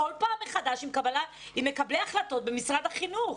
פעם מחדש בקרב מקבלי ההחלטות במשרד החינוך?